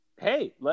hey